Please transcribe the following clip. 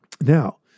Now